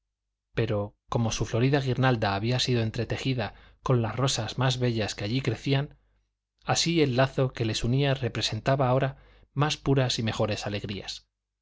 pero como su florida guirnalda había sido entretejida con las rosas más bellas que allí crecían así el lazo que les unía representaba ahora más puras y mejores alegrías